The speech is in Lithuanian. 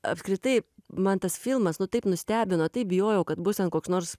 apskritai man tas filmas nu taip nustebino taip bijojau kad bus ten koks nors